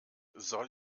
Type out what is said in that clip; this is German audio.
soll